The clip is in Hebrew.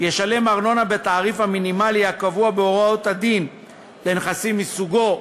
ישלם ארנונה בתעריף המינימלי הקבוע בהוראות הדין לנכסים מסוגו,